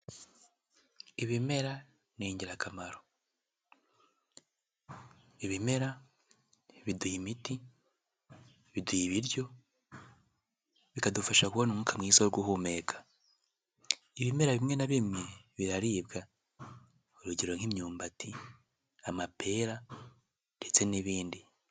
Ibimera ni ingirakamaro. Ibimera biduha imiti, biduha ibiryo, bikafasha kubona mwiza wo guhumeka. Ibimera bimwe na bimwe, biraribwa. Urugero nk'imyumbati, amapera ndetse n'ibindi.